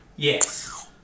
Yes